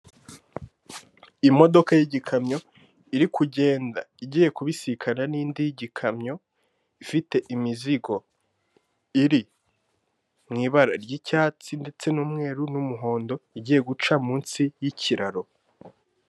Imodoka y'igikamyo iri kugenda igiye kubisikana n'indi y'igikamyo, ifite imizigo iri mu ibara ry'icyatsi ndetse n'umweru n'umuhondo igiye guca munsi y'ikiraro.